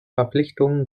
verpflichtungen